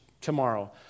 tomorrow